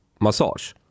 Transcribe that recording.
massage